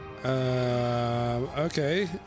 Okay